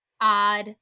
odd